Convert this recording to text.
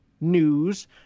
news